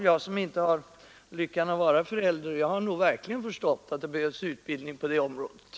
Jag som inte har lyckan av att vara förälder har verkligen förstått att det behövs utbildning på det området!